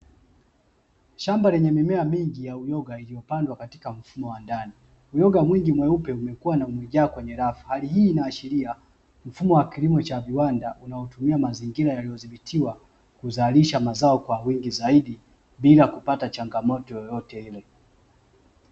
Shamba lenye mimea mingi ya uyoga iliyopandwa katika mfumo wa ndani. Uyoga mwingi mweupe umekua na umejaa kwenye rafu, hali hii inaashiria mfumo wa kilimo cha viwanda unaotumia mazingira yaliyodhibitiwa kuzalisha mazao kwa wingi zaidi bila kupata changamoto yoyote ile.